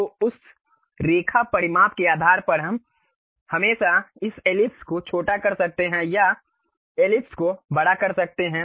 तो उस रेखा परिमाप के आधार पर हम हमेशा इस एलिप्स को छोटा कर सकते हैं या एलिप्स को बड़ा कर सकते हैं